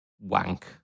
wank